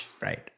Right